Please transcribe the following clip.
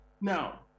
now